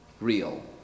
real